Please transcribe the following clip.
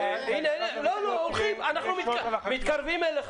היום אנחנו לא עוברים על התקנות?